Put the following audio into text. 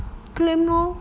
claim lor